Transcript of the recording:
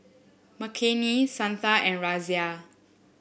Makineni Santha and Razia